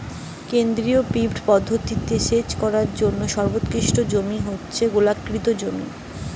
কেন্দ্রীয় পিভট পদ্ধতি রে সেচ করার জিনে সর্বোৎকৃষ্ট জমি হয়ঠে গোলাকৃতি জমি